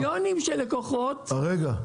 מיליונים של לקוחות --- רגע.